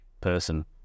person